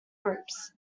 groups